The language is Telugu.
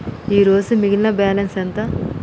ఈరోజు మిగిలిన బ్యాలెన్స్ ఎంత?